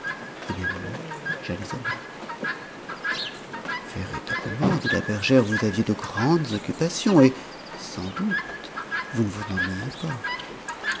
et la nuit j'allais au bal véritablement dit la bergère vous aviez de grandes occupations et sans doute vous ne vous ennuyiez pas